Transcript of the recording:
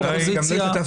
האופוזיציה.